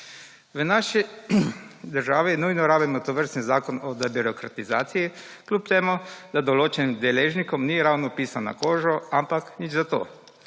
V naši državi nujno rabimo tovrstni Zakon o debirokratizaciji kljub temu, da določenim deležnikom ni ravno pisan na kožo, ampak nič zato.